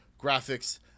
graphics